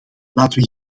laten